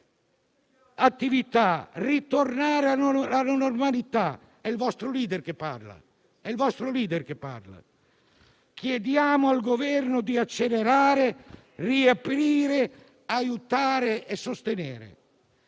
attività, ritornare alla normalità». È il vostro *leader* che parla. Ancora Salvini: «Chiediamo al Governo di accelerare, riaprire, aiutare e sostenere».